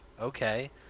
Okay